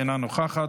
אינה נוכחת,